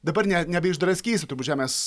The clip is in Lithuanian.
dabar ne nebeišdraskysi turbūt žemės